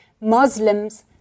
Muslims